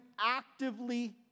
actively